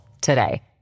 today